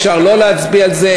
אפשר לא להצביע על זה.